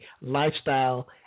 Lifestyle